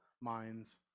minds